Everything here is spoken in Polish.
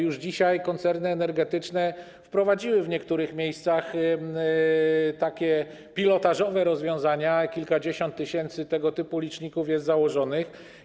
Już dzisiaj koncerny energetyczne wprowadziły w niektórych miejscach takie pilotażowe rozwiązania, kilkadziesiąt tysięcy tego typu liczników jest założonych.